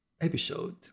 episode